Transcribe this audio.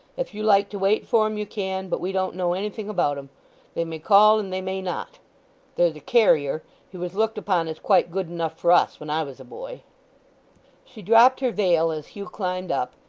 if you like to wait for em you can but we don't know anything about em they may call and they may not there's a carrier he was looked upon as quite good enough for us, when i was a boy she dropped her veil as hugh climbed up,